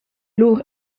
lur